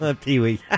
Pee-wee